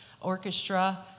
orchestra